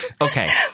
Okay